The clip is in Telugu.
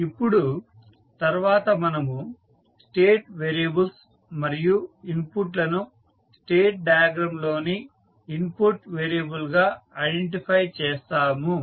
ఇప్పుడు తర్వాత మనము స్టేట్ వేరియబుల్స్ మరియు ఇన్పుట్లను స్టేట్ డయాగ్రమ్ లోని ఇన్పుట్ వేరియబుల్ గా ఐడెంటిఫై చేస్తాము